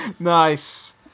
Nice